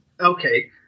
Okay